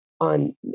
on